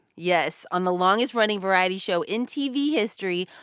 yes, on the longest-running variety show in tv history,